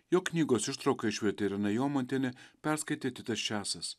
jo knygos ištrauką išvertė irena jomantienė perskaitė titas česas